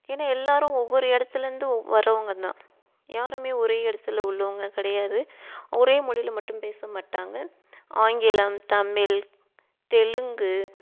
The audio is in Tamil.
ஏன்னா எல்லோரும் ஒவ்வொரு இடத்துலேருந்து வரவங்க தான் யாருமே ஒரே இடத்துல உள்ளவங்க கிடையாது ஒரே மொழியில் மட்டும் பேசமாட்டாங்க ஆங்கிலம் தமிழ் தெலுங்கு